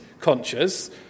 conscious